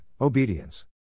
obedience